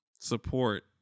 support